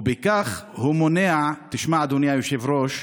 ובכך הוא מונע, תשמע, אדוני היושב-ראש,